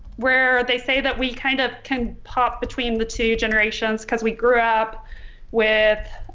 where they say that we kind of can pop between the two generations because we grew up with